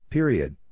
Period